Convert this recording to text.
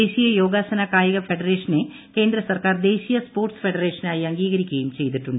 ദേശീയ് ്യോഗാസന കായിക ഫെഡറേഷനെ കേന്ദ്ര സർക്കാർ ദേശ്രീയ് സ്പോർട്സ് ഫെഡറേഷൻ ആയി അംഗീകരിക്കുകയും ചെയ്തിട്ടുണ്ട്